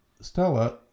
Stella